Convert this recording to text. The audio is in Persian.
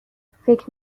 فکر